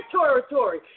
territory